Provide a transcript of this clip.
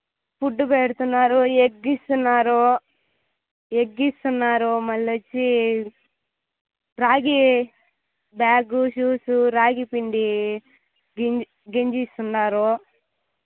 food పెడుతున్నారు egg ఇస్తున్నారు egg ఇస్తున్నారు మళ్ళీ వచ్చి రాగి బ్యాగ్ షూస్ రాగి పిండి గెం గెంజిస్తున్నారు